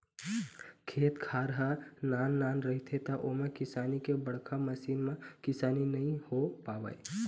खेत खार ह नान नान रहिथे त ओमा किसानी के बड़का मसीन म किसानी नइ हो पावय